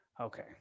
Okay